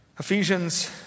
Ephesians